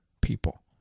people